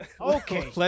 okay